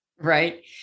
Right